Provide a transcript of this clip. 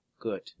Good